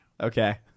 Okay